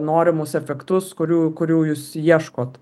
norimus efektus kurių kurių jūs ieškot